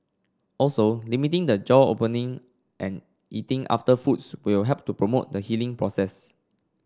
also limiting the jaw opening and eating after foods will help to promote the healing process